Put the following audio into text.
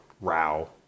Row